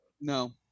No